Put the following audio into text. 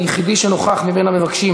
היחידי שנוכח מבין המבקשים